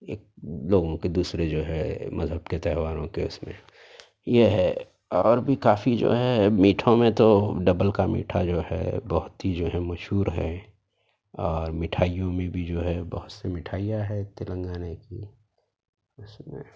ایک لوگوں کے دوسرے جو ہے مذہب کے تہواروں کے اس میں یہ ہے اور بھی کافی جو ہے میٹھوں میں تو ڈبل کا میٹھا جو ہے بہت ہی جو ہے مشہور ہے اور مٹھائیوں میں بھی جو ہے بہت سی مٹھائیاں ہے تلنگانے کی اس میں